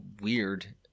weird